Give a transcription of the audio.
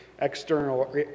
external